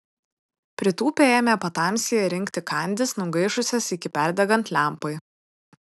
pritūpę ėmė patamsyje rinkti kandis nugaišusias iki perdegant lempai